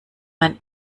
man